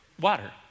Water